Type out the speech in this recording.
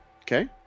Okay